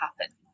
happen